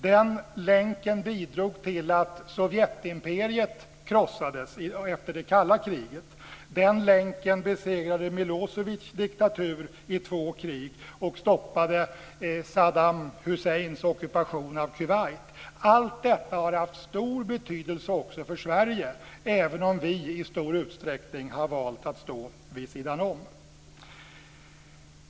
Den länken bidrog till att Sovjetimperiet krossades efter det kalla kriget. Den länken besegrade Milosevic diktatur i två krig och stoppade Saddam Husseins ockupation av Kuwait. Allt detta har haft stor betydelse också för Sverige, även om vi i stor utsträckning har valt att stå vid sidan om.